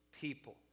people